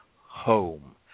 home